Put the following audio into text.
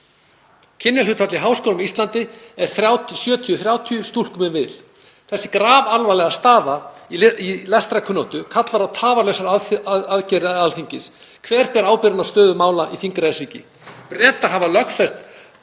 Kynjahlutfall í háskólum á Íslandi er 70/30, stúlkum í vil. Þessi grafalvarlega staða í lestrarkunnáttu kallar á tafarlausar aðgerðir Alþingis. Hver ber ábyrgð á stöðu mála í þingræðisríki?